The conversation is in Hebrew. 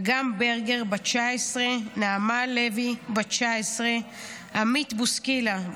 אגם ברגר, בת 19, נעמה לוי, בת 19, עמית בוסקילה,